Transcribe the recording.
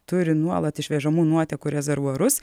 turi nuolat išvežamų nuotekų rezervuarus